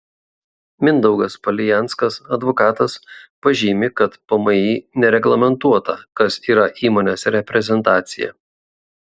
mindaugas palijanskas advokatas pažymi kad pmį nereglamentuota kas yra įmonės reprezentacija